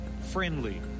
friendly